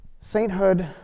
Sainthood